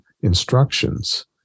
instructions